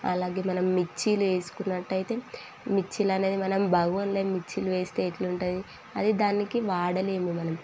అలాగే మనం మిక్సీలో వేసుకున్నట్టయితే మిక్సీలు అనేది మనం బాగోన్లనే మిక్సీలో వేస్తే ఎట్లా ఉంటుంది అదే దానికి వాడలేము మనం